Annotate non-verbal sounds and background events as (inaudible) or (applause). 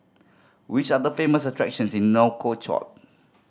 which are the famous attractions in Nouakchott (unintelligible)